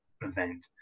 event